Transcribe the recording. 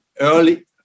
early